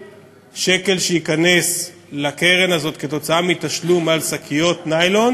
כל שקל שייכנס לקרן הזאת מתשלום על שקיות ניילון